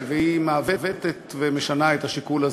והיא מעוותת ומשנה את השיקול הזה.